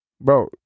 Bro